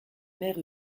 mère